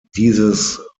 dieses